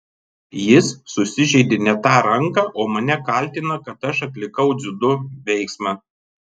jis susižeidė ne tą ranką o mane kaltina kad aš atlikau dziudo veiksmą